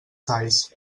talls